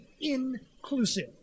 inclusive